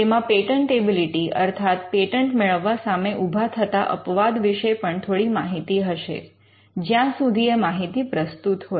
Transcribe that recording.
તેમાં પેટન્ટેબિલિટી અર્થાત પેટન્ટ મેળવવા સામે ઊભા થતા અપવાદ વિશે પણ થોડી માહિતી હશે જ્યાં સુધી એ માહિતી પ્રસ્તુત હોય